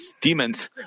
demons